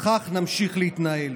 וכך נמשיך להתנהל.